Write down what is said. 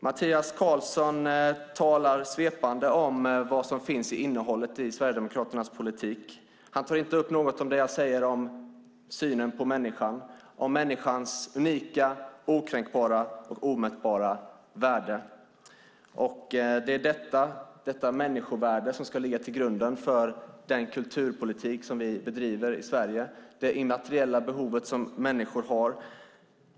Mattias Karlsson talar svepande om vad som finns i innehållet i Sverigedemokraternas politik. Han tar inte upp något om det jag säger om synen på människan, om människans unika, okränkbara och omätbara värde. Det är detta människovärde som ska ligga till grund för den kulturpolitik som vi bedriver i Sverige, det immateriella behovet som människor har.